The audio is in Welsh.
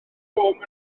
trwm